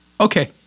okay